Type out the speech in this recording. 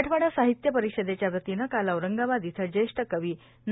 मराठवाडा साहित्य परिषदेच्या वतीनं काल औरंगाबाद इथं ज्येष्ठ कवी ना